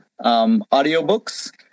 audiobooks